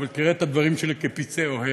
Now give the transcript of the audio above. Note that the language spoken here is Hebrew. אבל תראה את הדברים שלי כפצעי אוהב,